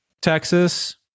Texas